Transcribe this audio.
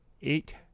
eight